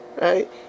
right